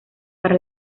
para